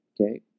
Okay